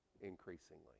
increasingly